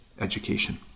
education